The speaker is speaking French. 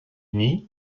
nie